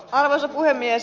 arvoisa puhemies